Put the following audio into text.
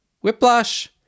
Whiplash